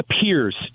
appears